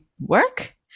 work